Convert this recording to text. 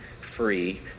free